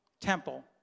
temple